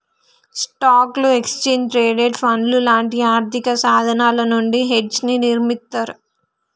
స్టాక్లు, exchange traded ఫండ్లు లాంటి ఆర్థికసాధనాల నుండి హెడ్జ్ని నిర్మిత్తర్